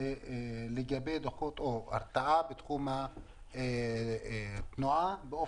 מספיק בישובים הערביים בתחום התנועה.